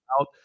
out